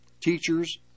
teachers